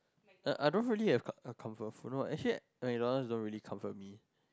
uh I don't really have a comfort food no actually MacDonald's don't really comfort me